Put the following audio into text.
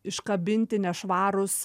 iškabinti nešvarūs